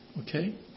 Okay